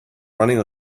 running